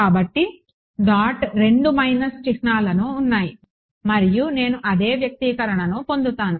కాబట్టి dot 2 minus చిహ్నాలను ఉన్నాయి మరియు నేను అదే వ్యక్తీకరణను పొందుతాను